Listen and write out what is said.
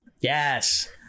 Yes